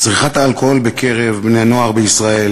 צריכת האלכוהול בקרב בני-נוער בישראל